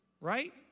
Right